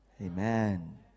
Amen